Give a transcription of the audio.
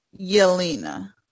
Yelena